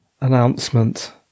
announcement